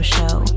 Show